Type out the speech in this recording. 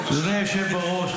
היושב בראש,